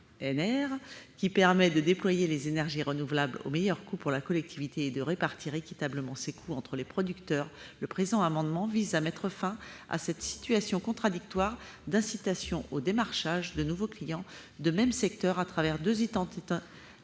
qui permettent de déployer les énergies renouvelables au meilleur coût pour la collectivité et de répartir équitablement les coûts entre les producteurs. L'amendement vise donc à mettre fin à cette situation contradictoire d'incitation au démarchage de nouveaux clients de même secteur au travers de deux entités